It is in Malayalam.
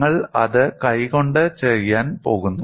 നിങ്ങൾ അത് കൈകൊണ്ട് ചെയ്യാൻ പോകുന്നു